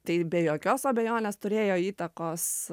tai be jokios abejonės turėjo įtakos